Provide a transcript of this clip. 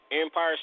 Empire